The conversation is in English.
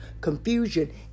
confusion